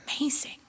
Amazing